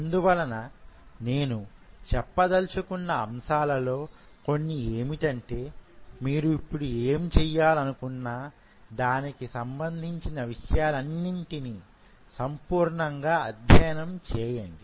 అందువలన నేను చెప్పదలచుకున్న అంశాలలో కొన్ని ఏమిటంటే మీరు ఇప్పుడు ఏం చేయాలనుకున్నా దానికి సంబంధించిన విషయాలన్నింటినీ సంపూర్ణంగా అధ్యయనం చేయండి